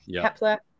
Kepler